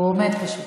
הוא פשוט עומד.